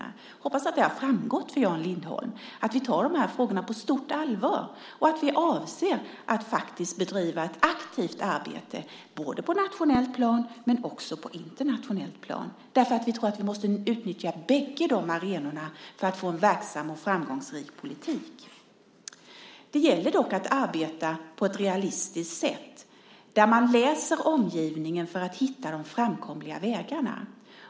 Jag hoppas att det har framgått för Jan Lindholm att vi tar dessa frågor på stort allvar och att vi avser att faktiskt bedriva ett aktivt arbete både på ett nationellt plan och på ett internationellt plan därför att vi tror att vi måste utnyttja bägge dessa arenor för att få en verksam och framgångsrik politik. Det gäller dock att arbeta på ett realistiskt sätt där man så att säga läser omgivningen för att hitta de framkomliga vägarna.